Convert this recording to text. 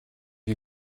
you